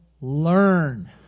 learn